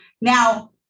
now